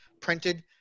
printed